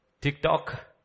TikTok